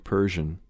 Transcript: Persian